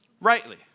rightly